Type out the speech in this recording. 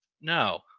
No